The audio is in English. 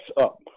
up